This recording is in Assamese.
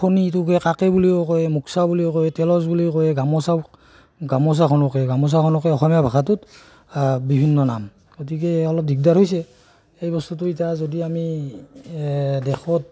ফণিটোকে কাকৈ বুলিও কয় মোকচা বুলিও কয় তেৰচ বুলিও কয় গামোচা গামোচাখনকে গামোচাখনকে অসমীয়া ভাষাটোত বিভিন্ন নাম গতিকে অলপ দিগদাৰ হৈছে সেই বস্তুটো এতিয়া যদি আমি দেশত